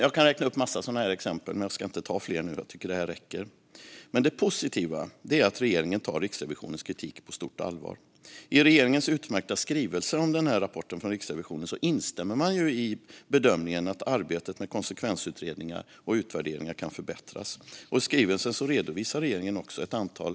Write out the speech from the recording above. Jag kan räkna upp en massa exempel, men jag ska inte ta fler nu. Jag tycker att det räcker. Det positiva är att regeringen tar Riksrevisionens kritik på stort allvar. I regeringens utmärkta skrivelse om rapporten från Riksrevisionen instämmer man i bedömningen att arbetet med konsekvensutredningar och utvärderingar kan förbättras. I skrivelsen redovisar regeringen också ett antal åtgärder.